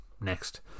next